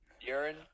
urine